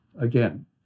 again